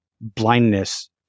blindness